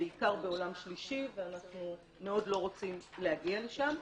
בעיקר בעולם שלישי ואנחנו מאוד לא רוצים להגיע לשם.